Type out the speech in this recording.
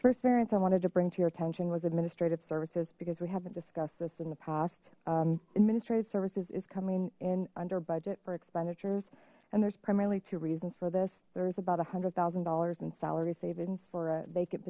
first variants i wanted to bring to your attention was administrative services because we haven't discussed this in the past administrative services is coming in under budget for expenditures and there's primarily two reasons for this there's about a hundred thousand dollars in salary savings for